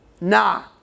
Nah